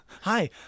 Hi